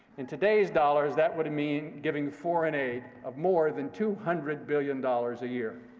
in today's dollars, that would mean giving foreign aid of more than two hundred billion dollars a year.